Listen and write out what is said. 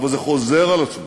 אבל זה חוזר על עצמו